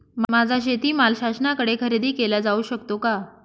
माझा शेतीमाल शासनाकडे खरेदी केला जाऊ शकतो का?